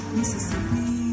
Mississippi